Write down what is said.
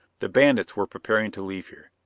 the bandits were preparing to leave here.